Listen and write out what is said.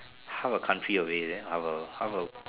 half a country of it is it half a half a